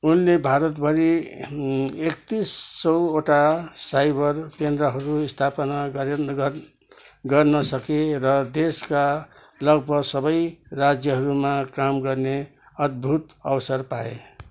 उनले भारतभरि एकतिस सौवटा साइबर केन्द्रहरू स्थापना गरी गर्न सके र देशका लगभग सबै राज्यहरूमा काम गर्ने अद्भुत अवसर पाए